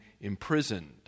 imprisoned